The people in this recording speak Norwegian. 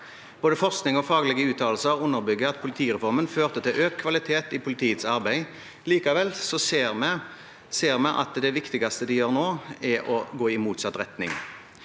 Både forskning og faglige uttalelser underbygger at politireformen førte til økt kvalitet i politiets arbeid. Likevel ser vi at det viktigste en gjør nå, er å gå i motsatt retning.